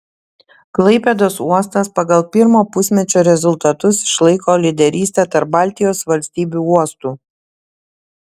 klaipėdos uostas pagal pirmo pusmečio rezultatus išlaiko lyderystę tarp baltijos valstybių uostų